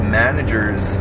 managers